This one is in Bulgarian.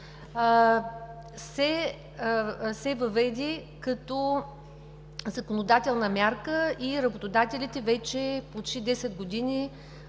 се въведе като законодателна мярка. Работодателите вече почти 10 години